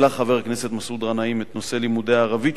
העלה חבר הכנסת מסעוד גנאים את נושא לימודי הערבית,